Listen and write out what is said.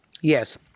Yes